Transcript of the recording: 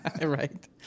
Right